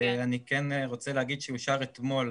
אני כן רוצה להגיד שאושר אתמול